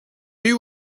you